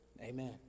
Amen